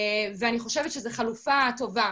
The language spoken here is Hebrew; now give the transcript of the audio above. ואני חושבת שזו חלופה טובה.